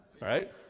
right